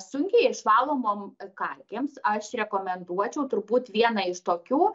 sunkiai išvalomom kalkėms aš rekomenduočiau turbūt vieną iš tokių